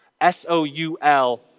S-O-U-L